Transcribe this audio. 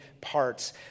parts